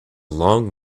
long